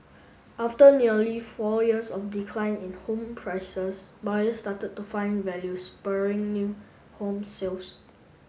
after nearly four years of decline in home prices buyers started to find value spurring new home sales